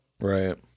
Right